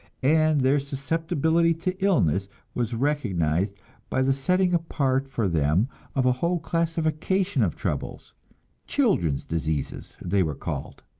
and their susceptibility to illness was recognized by the setting apart for them of a whole classification of troubles children's diseases, they were called.